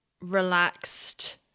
relaxed